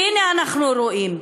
והנה אנחנו רואים,